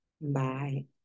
Bye